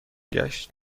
گشت